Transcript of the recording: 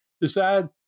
decide